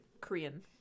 Korean